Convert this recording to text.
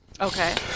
Okay